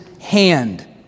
hand